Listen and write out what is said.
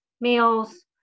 meals